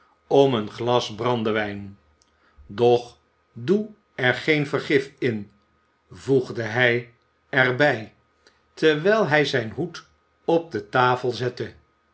om een glas brandewijn doch doe er geen vergif in voegde hij er bij terwijl hij zijn hoed op de tafel zette